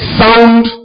sound